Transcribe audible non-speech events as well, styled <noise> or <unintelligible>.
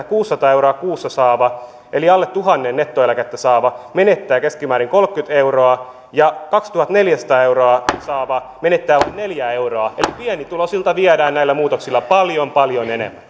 <unintelligible> kuusisataa euroa kuussa saava eli alle tuhannen bruttoeläkettä saava menettää keskimäärin kolmekymmentä euroa ja kaksituhattaneljäsataa euroa saava menettää neljä euroa eli pienituloisilta viedään näillä muutoksilla paljon paljon enemmän